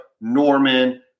Norman